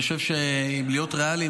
אני חושב שאם להיות ריאליים,